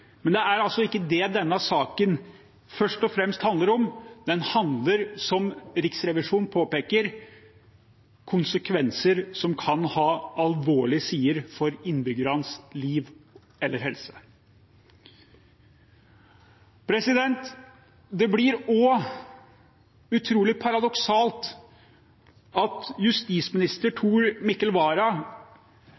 Men det er ikke det denne saken først og fremst handler om. Den handler om – som Riksrevisjonen påpeker – konsekvenser som kan ha alvorlige sider for innbyggernes liv eller helse. Det blir også utrolig paradoksalt at justisminister